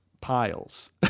piles